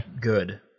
Good